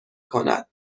کند